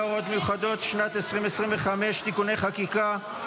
(הוראות מיוחדות לשנת 2025) (תיקוני חקיקה),